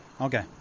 Okay